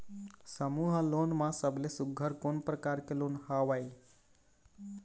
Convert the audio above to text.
समूह लोन मा सबले सुघ्घर कोन प्रकार के लोन हवेए?